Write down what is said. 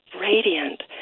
radiant